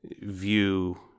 view